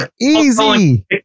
easy